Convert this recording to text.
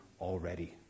already